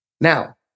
Now